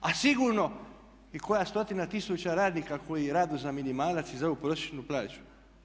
A sigurno i koja stotina tisuća radnika koji rade za minimalac i za ovu prosječnu plaću.